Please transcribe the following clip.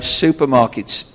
supermarkets